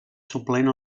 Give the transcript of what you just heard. suplent